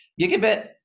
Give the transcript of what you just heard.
gigabit